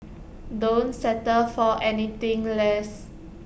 don't settle for anything less